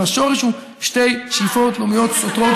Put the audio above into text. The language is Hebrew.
והשורש הוא שתי שאיפות לאומיות סותרות,